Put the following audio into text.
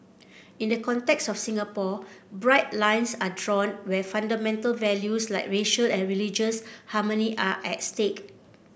in the context of Singapore bright lines are drawn where fundamental values like racial and religious harmony are at stake